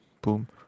boom